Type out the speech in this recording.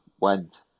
went